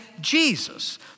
Jesus